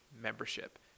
membership